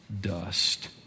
dust